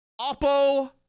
Oppo